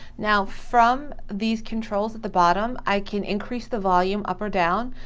now, from these controls at the bottom, i can increase the volume up or down.